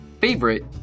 favorite